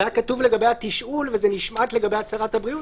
זה היה כתוב לגבי התשאול וזה נשמט לגבי הצהרת הבריאות.